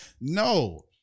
no